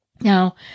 Now